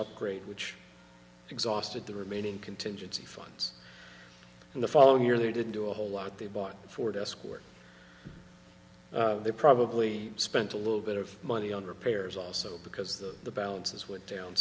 upgrade which exhausted the remaining contingency funds in the following year they didn't do a whole lot they bought a ford escort they probably spent a little bit of money on repairs also because the balances went down